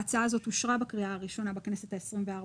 ההצעה הזאת אושרה בקריאה הראשונה בכנסת ה-24,